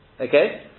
Okay